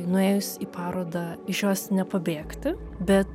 nuėjus į parodą iš jos nepabėgti bet